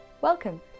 Welcome